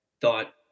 thought